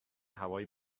هوایی